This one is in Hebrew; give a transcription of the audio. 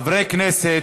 חברי כנסת,